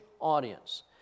audience